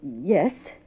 yes